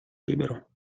libero